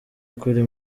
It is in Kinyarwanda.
kuri